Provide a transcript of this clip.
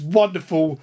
wonderful